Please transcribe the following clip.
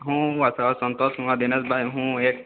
હું વસાવા સંતોષકુમાર દિનેશભાઈ હું એક